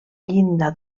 llinda